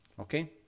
Okay